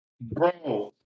Bro